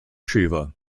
shiva